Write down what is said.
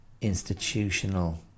institutional